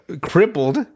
crippled